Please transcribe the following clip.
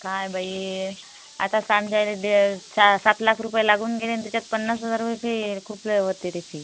काय बाई आता सांगाय डेअल सहा सात लाख रुपये लागून गेले ना त्याच्यात पन्नास हजारवरचे खूप वेळेवरती देतील